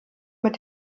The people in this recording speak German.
mit